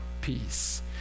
peace